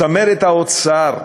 צמרת האוצר,